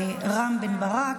רם בן ברק,